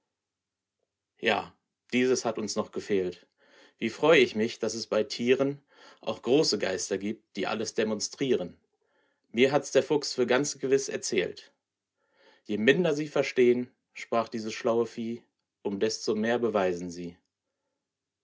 ja dieses hat uns noch gefehlt wie freu ich mich daß es bei tieren auch große geister gibt die alles demonstrieren mir hats der fuchs für ganz gewiß erzählt je minder sie verstehn sprach dieses schlaue vieh um desto mehr beweisen sie